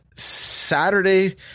Saturday